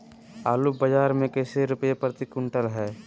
आलू बाजार मे कैसे रुपए प्रति क्विंटल है?